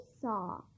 saw